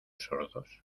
sordos